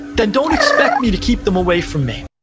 then don't expect me to keep them away from me.